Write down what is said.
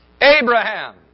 Abraham